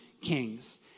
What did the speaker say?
kings